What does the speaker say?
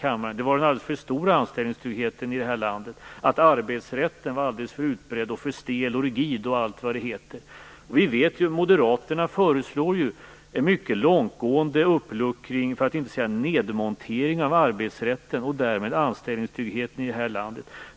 Han sade att vi har en alldeles för stor anställningstrygghet i det här landet och att arbetsrätten är alldeles för utbredd, stel, rigid och allt vad det heter. Vi vet ju att moderaterna föreslår en mycket långtgående uppluckring, för att inte säga nedmontering av arbetsrätten och därmed anställningstryggheten i det här landet.